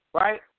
right